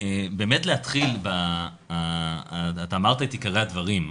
אתה אמרת את עיקרי הדברים.